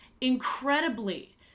incredibly